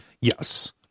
Yes